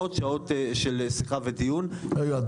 מאות שעות של שיחה ודיון --- רגע,